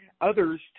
others